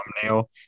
thumbnail